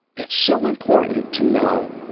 it's so important to know,